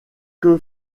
que